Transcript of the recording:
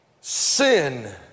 Sin